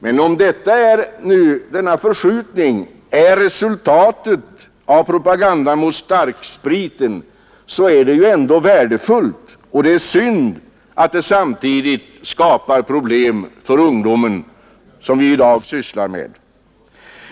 Men om denna förskjutning är resultatet av propagandan mot starksprit, så är den ju ändå värdefull. Det är synd att den samtidigt skapar sådana problem för ungdomen som vi diskuterar i dag.